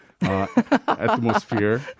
Atmosphere